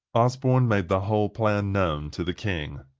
osborne made the whole plan known to the king.